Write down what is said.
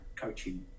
coaching